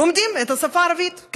לומדים את השפה הערבית.